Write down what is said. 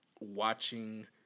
watching